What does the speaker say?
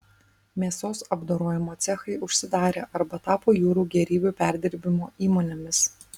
mėsos apdorojimo cechai užsidarė arba tapo jūrų gėrybių perdirbimo įmonėmis